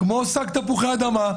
כמו שק תפוחי אדמה,